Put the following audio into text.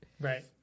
Right